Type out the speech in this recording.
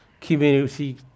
community